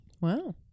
Wow